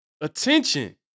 attention